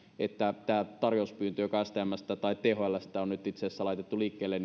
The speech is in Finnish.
että tämä tarjouspyyntö joka stmstä tai thlstä on nyt itse asiassa laitettu liikkeelle